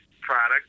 product